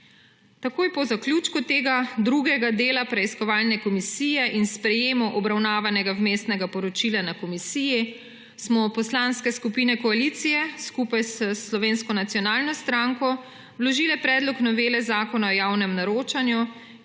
Takoj po zaključku tega drugega dela preiskovalne komisije in sprejemu obravnavanega vmesnega poročila na komisiji smo poslanske skupine koalicije skupaj s Slovensko nacionalno stranko vložile predlog novele Zakona o javnem naročanju,